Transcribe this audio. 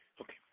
Okay